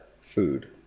food